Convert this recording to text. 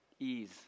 ease